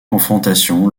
confrontation